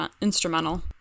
instrumental